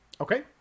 Okay